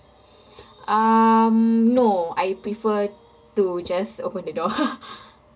um no I prefer to just open the door